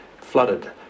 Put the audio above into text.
flooded